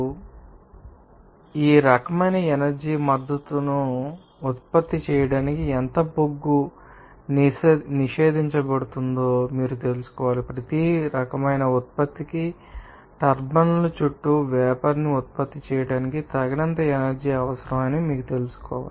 ఇప్పుడు ఈ సందర్భంలో ఈ రకమైన ఎనర్జీ మద్దతును ఉత్పత్తి చేయడానికి ఎంత బొగ్గు నిషేధించబడుతుందో మీరు తెలుసుకోవాలి ప్రతి రకమైన ఉత్పత్తికి టర్బైన్ల చుట్టూ వేపర్ ని ఉత్పత్తి చేయడానికి తగినంత ఎనర్జీ అవసరమని మీరు తెలుసుకోవాలి